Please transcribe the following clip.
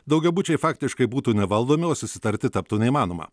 daugiabučiai faktiškai būtų nevaldomi o susitarti taptų neįmanoma